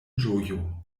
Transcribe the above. ĝojo